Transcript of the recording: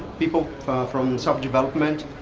people from self development,